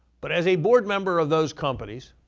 but as a board member of those companies,